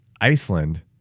iceland